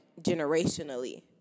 generationally